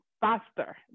faster